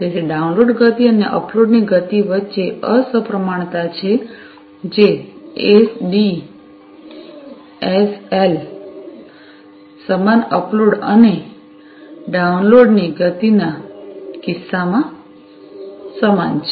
તેથી ડાઉનલોડ ગતિ અને અપલોડ ની ગતિ વચ્ચે અસમપ્રમાણતા છે જે એસડીએસએલ સમાન અપલોડ અને ડાઉનલોડની ગતિના કિસ્સામાં સમાન છે